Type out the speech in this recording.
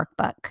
workbook